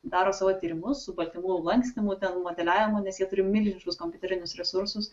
daro savo tyrimus su baltymų lankstymu ten modeliavimu nes jie turi milžiniškus kompiuterinius resursus